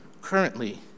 currently